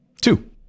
Two